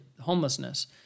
homelessness